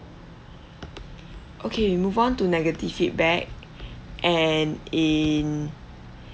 okay move on to negative feedback and in